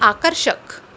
आकर्षक